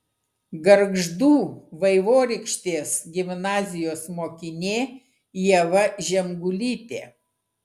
gargždų vaivorykštės gimnazijos mokinė ieva žemgulytė